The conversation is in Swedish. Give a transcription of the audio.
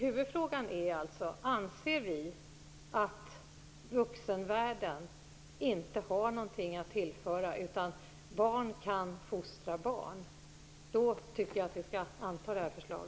Huvudfrågan är emellertid: Anser vi att vuxenvärlden inte har något att tillföra utan att barn kan fostra barn? Om vi anser det tycker jag att vi skall anta detta förslag.